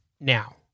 now